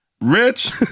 Rich